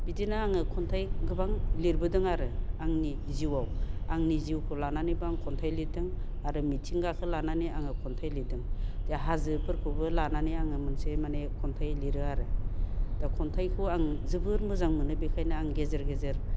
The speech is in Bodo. बिदिनो आङो खन्थाइ गोबां लिरबोदों आरो आंनि जिउआव आंनि जिउखौ लानानैबो आं खन्थाइ लिरदों आरो मिथिंगाखो लानानै आङो खन्थाइ लिरदों दे हाजोफोरखौबो लानानै मोनसे माने खन्थाइ लिरो आरो दा खन्थाइखौ आं जोबोद मोजां मोनो बेखायनो आं गेजेर गेजेर